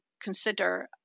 Consider